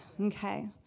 Okay